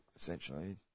essentially